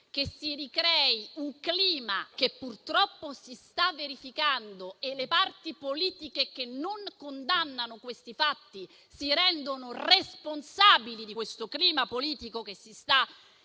che si ricrei un certo clima, come purtroppo si sta verificando. Le parti politiche che non condannano fatti del genere si rendono responsabili del clima politico che si sta